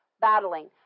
battling